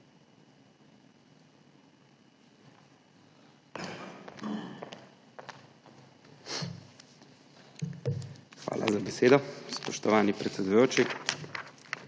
Hvala za besedo, spoštovana predsedujoča.